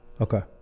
Okay